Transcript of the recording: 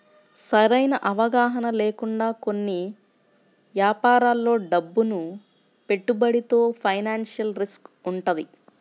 సరైన అవగాహన లేకుండా కొన్ని యాపారాల్లో డబ్బును పెట్టుబడితో ఫైనాన్షియల్ రిస్క్ వుంటది